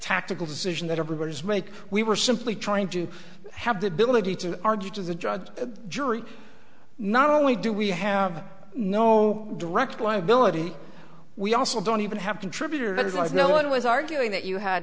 tactical decision that everybody is made we were simply trying to have the ability to argue to the judge jury not only do we have no direct liability we also don't even have contributors no one was arguing that you had